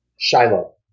Shiloh